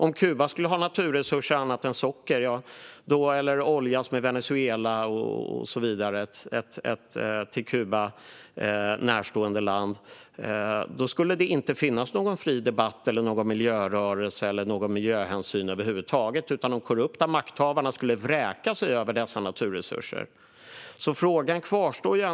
Om Kuba skulle ha naturresurser annat än socker, såsom olja i Venezuela som är ett till Kuba närstående land, skulle det inte finnas någon fri debatt, någon miljörörelse eller miljöhänsyn över huvud taget. De korrupta makthavarna skulle vräka sig över dessa naturresurser. Frågan kvarstår.